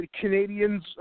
Canadians